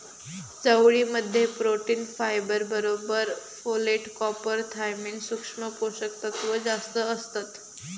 चवळी मध्ये protein, fibre बरोबर फोलेट, कॉपर, थायमिन, सुक्ष्म पोषक तत्त्व जास्तं असतत